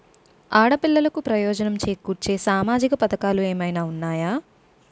ఆడపిల్లలకు ప్రయోజనం చేకూర్చే సామాజిక పథకాలు ఏమైనా ఉన్నాయా?